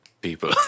People